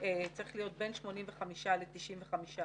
צריך להיות בין 85% ל-95%,